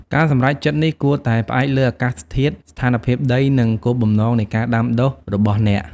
ការសម្រេចចិត្តនេះគួរតែផ្អែកលើ អាកាសធាតុ ស្ថានភាពដី និង គោលបំណងនៃការដាំដុះ របស់អ្នក។